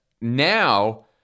Now